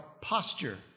posture